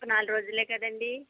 ఒక నాలుగు రోజులే కదండీ